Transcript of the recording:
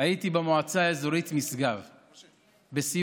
הייתי במועצה האזורית משגב בסיור.